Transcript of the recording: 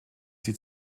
sie